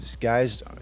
guys